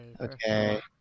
okay